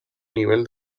nivel